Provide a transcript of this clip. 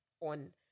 on